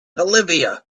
olivia